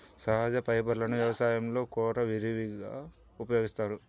సహజ ఫైబర్లను వ్యవసాయంలో కూడా విరివిగా ఉపయోగిస్తారు